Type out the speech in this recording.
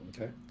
Okay